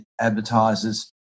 advertisers